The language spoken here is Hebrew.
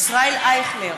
ישראל אייכלר,